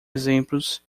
exemplos